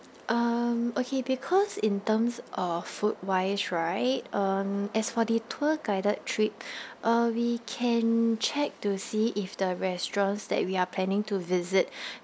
um okay because in terms of food wise right um as for the tour guided trip uh we can check to see if the restaurants that we are planning to visit